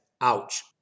ouch